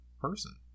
person